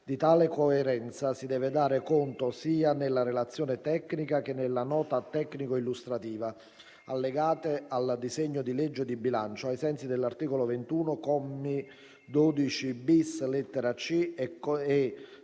Di tale coerenza si deve dare conto sia nella relazione tecnica che nella nota tecnico-illustrativa, allegate al disegno di legge di bilancio, ai sensi dell’articolo 21, commi 12-bis, lettera c), e